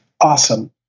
awesome